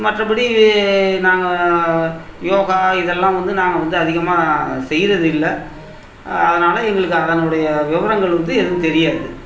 மற்றப்படி நாங்கள் யோகா இதெல்லாம் வந்து நாங்கள் வந்து அதிகமாக செய்யிறதில்லை அதனால் எங்களுக்கு அதனுடைய விவரங்கள் வந்து எதுவும் தெரியாது